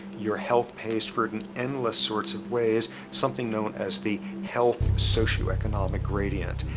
your health pays for it in endless sorts of ways something known as the health socioeconomic gradient.